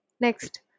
Next